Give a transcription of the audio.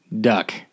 duck